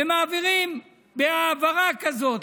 ומעבירים בהעברה כזאת,